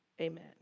Amen